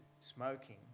smoking